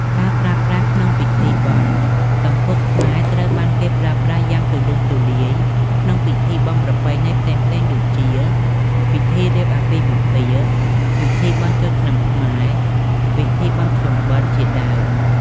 ការប្រើប្រាស់ក្នុងពិធីបុណ្យ សំពត់ខ្មែរត្រូវបានគេប្រើប្រាស់យ៉ាងទូលំទូលាយក្នុងពិធីបុណ្យប្រពៃណីផ្សេងៗដូចជា ពិធីរៀបអាពាហ៍ពិពាហ៍ ពិធីបុណ្យចូលឆ្នាំខ្មែរ ពិធីបុណ្យភ្ជុំបិណ្ឌ ជាដើម។